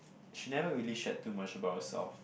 she never really shared too much about herself